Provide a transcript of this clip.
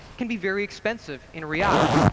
can be very expensive in react.